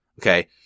Okay